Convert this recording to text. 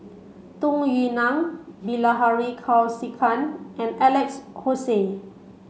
Tung Yue Nang Bilahari Kausikan and Alex Josey